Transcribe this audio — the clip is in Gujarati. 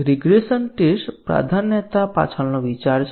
રીગ્રેસન ટેસ્ટ પ્રાધાન્યતા પાછળનો વિચાર છે